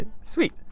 Sweet